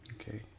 Okay